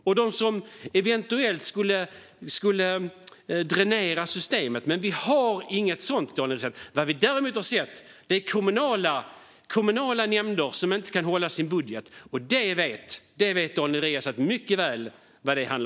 Vi ser ingen som dränerar systemet. Däremot har vi sett kommunala nämnder som inte kan hålla budget, och det känner Daniel Riazat mycket väl till.